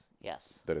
Yes